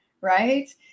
right